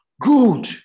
good